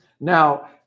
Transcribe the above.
now